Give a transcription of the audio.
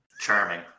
Charming